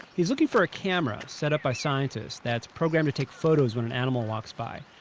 he's looking for a camera set up by scientists that's programmed to take photos when an animal walks by.